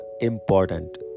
important